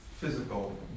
physical